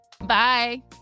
Bye